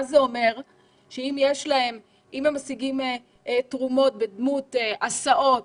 זה אומר שאם הם משיגים תרומות בדמות הסעות,